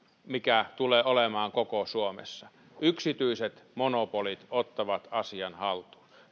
mikä tulee olemaan koko suomessa yksityiset monopolit ottavat asian haltuun